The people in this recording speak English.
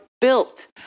built